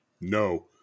No